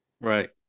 Right